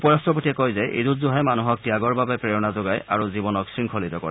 উপ ৰট্টপতিয়ে কয় যে ঈদ উজ জোহাই মানুহক ত্যাগৰ বাবে প্ৰেৰণা যোগায় আৰু জীৱনক শংখলিত কৰে